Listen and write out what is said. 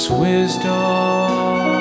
wisdom